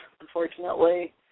unfortunately